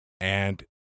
and-